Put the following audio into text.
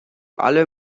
alle